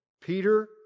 Peter